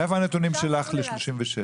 מאיפה הנתונים שלך ל-36?